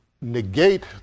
negate